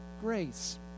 grace